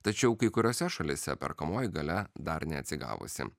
tačiau kai kuriose šalyse perkamoji galia dar neatsigavusi